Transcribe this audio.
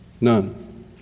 None